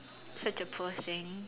such a poor thing